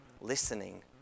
listening